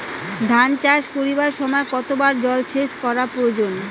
ধান চাষ করিবার সময় কতবার জলসেচ করা প্রয়োজন?